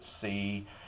see